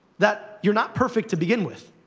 that you're not perfect to begin with,